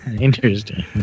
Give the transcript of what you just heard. Interesting